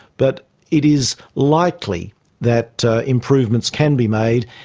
but it is likely that improvements can be made.